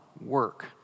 work